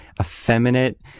effeminate